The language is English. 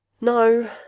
No